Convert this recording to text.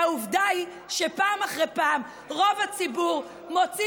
והעובדה היא שפעם אחרי פעם רוב הציבור מוציא